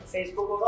Facebook